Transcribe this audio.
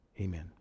amen